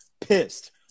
pissed